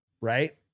right